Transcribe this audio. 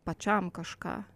pačiam kažką